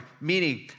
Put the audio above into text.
Meaning